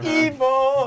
evil